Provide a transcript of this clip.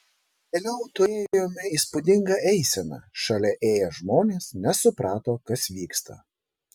vėliau turėjome įspūdingą eiseną šalia ėję žmonės nesuprato kas vyksta